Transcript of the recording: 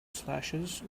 slashes